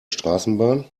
straßenbahn